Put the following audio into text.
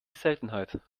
seltenheit